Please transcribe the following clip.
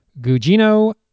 gugino